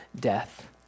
death